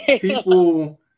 people